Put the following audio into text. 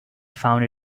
found